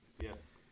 Yes